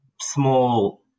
small